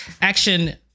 action